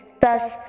Thus